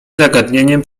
zagadnieniem